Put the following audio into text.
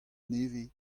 nevez